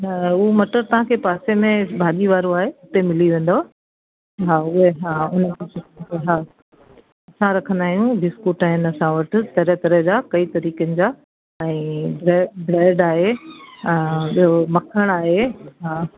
उहे मटर तव्हांखे पासे में भाॼी वारो आहे हुते मिली वेंदव हा उहे हा हा असां रखंदा आहियूं बिस्कुट आहिनि असां वटि तरह तरह जा कई तरीक़नि जा ऐं ब्रे ब्रेड आहे ॿियो मखण आहे हा